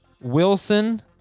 Wilson